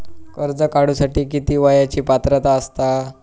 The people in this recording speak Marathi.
कर्ज काढूसाठी किती वयाची पात्रता असता?